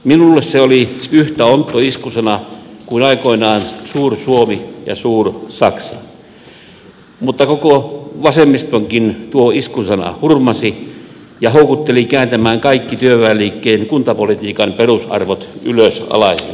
minulle se oli yhtä ontto iskusana kuin aikoinaan suur suomi ja suur saksa mutta koko vasemmistonkin tuo iskusana hurmasi ja houkutteli kääntämään kaikki työväenliikkeen kuntapolitiikan perusarvot ylösalaisin